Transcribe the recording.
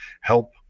help